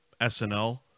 SNL